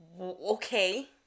Okay